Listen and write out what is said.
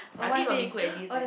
I think will be good at this eh